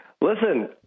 Listen